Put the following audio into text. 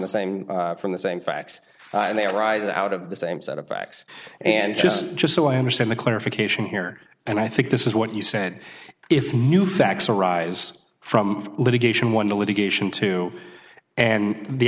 the same from the same facts they arise out of the same set of facts and just just so i understand the clarification here and i think this is what you said if new facts arise from litigation one the litigation two and the